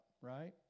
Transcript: right